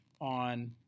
on